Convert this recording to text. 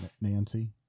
Nancy